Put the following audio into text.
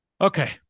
okay